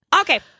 Okay